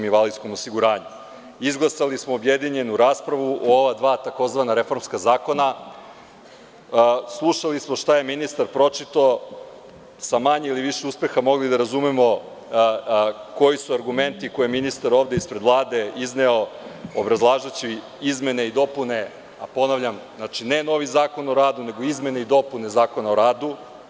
Izglasali smo objedinjenu raspravu o ova dva tzv. reformska zakona, slušali smo šta je ministar pročitao sa manje ili više uspeha mogli da razumemo koji su argumenti koje je ministar ovde ispred Vlade izneo, obrazlažući izmene i dopune, ponavljam, ne novi zakon o radu, nego izmene i dopune Zakona o radu.